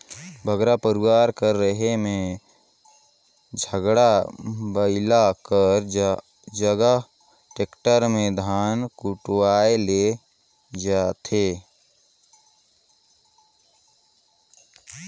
बगरा परिवार कर रहें में गाड़ा बइला कर जगहा टेक्टर में धान कुटवाए ले जाथें